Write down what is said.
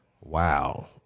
Wow